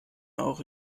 auch